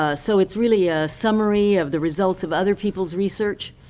ah so it's really a summary of the results of other people's research.